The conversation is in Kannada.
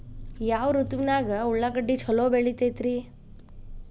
ಯಾವ ಋತುವಿನಾಗ ಉಳ್ಳಾಗಡ್ಡಿ ಛಲೋ ಬೆಳಿತೇತಿ ರೇ?